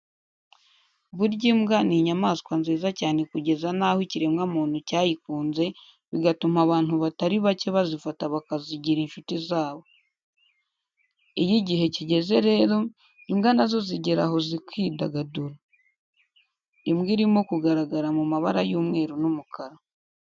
Burya imbwa ni inyamaswa nziza cyane kugeza n'aho ikiremwamuntu cyayikunze bigatuma abantu batari bake bazifata bakazigira inshuti zabo. Iyo igihe kigeze rero, imbwa na zo zigera aho zikidagadura. Imbwa irimo kugaragara mu mabara y'umweru n'umukara.